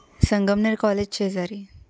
Sangamner college शेजारी